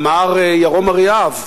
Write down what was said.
אמר ירום אריאב,